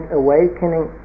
awakening